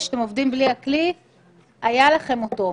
הכלי,